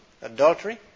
adultery